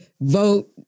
vote